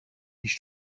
již